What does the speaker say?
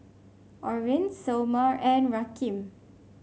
Oren Somer and Rakeem